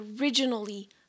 originally